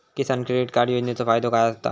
किसान credit card योजनेचो फायदो काय होता?